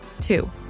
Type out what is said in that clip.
Two